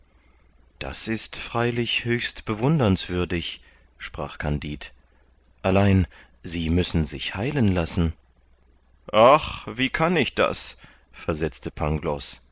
das ist freilich höchst bewundernswürdig sprach kandid allein sie müssen sich heilen lassen ach wie kann ich das versetzte pangloß